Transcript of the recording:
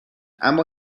اما